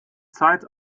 zeit